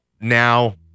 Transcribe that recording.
now